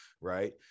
right